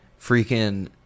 Freaking